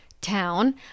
town